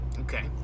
Okay